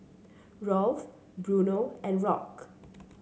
Rolf Bruno and Rock